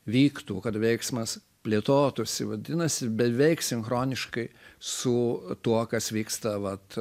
vyktų kad veiksmas plėtotųsi vadinasi beveik sinchroniškai su tuo kas vyksta vat